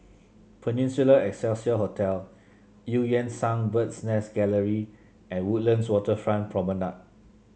Peninsula Excelsior Hotel Eu Yan Sang Bird's Nest Gallery and Woodlands Waterfront Promenade